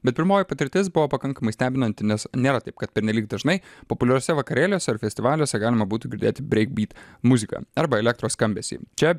bet pirmoji patirtis buvo pakankamai stebinanti nes nėra taip kad pernelyg dažnai populiariuose vakarėliuose ar festivaliuose galima būtų girdėti breik byt muziką arba elektros skambesį čia